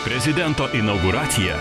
prezidento inauguracija